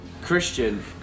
Christian